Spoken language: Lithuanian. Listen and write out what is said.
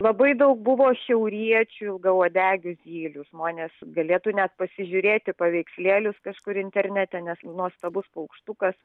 labai daug buvo šiauriečių ilgauodegių zylių žmonės galėtų net pasižiūrėti paveikslėlius kažkur internete nes nuostabus paukštukas